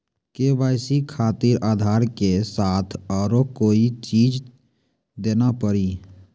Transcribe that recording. KYC खातिर आधार के साथ औरों कोई चीज देना पड़ी?